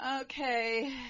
okay